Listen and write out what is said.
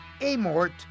Amort